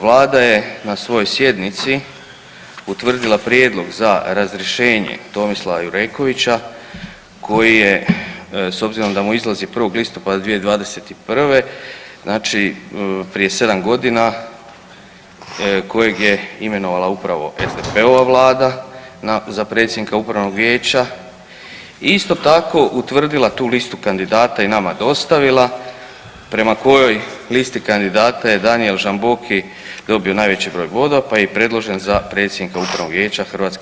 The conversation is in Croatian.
Vlada je na svojoj sjednici utvrdila prijedlog za razrješenje Tomislava Jurekovića koji je s obzirom da mu izlazi 1. listopada 2021., znači prije 7.g. kojeg je imenovala upravo SDP-ova vlada za predsjednika upravnog vijeća isto tako utvrdila tu listu kandidata i nama dostavila prema kojoj listi kandidata je Danijel Žamboki dobio najveći broj bodova, pa je i predložen za predsjednika upravnog vijeća HERA-e.